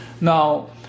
Now